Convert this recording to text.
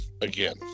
again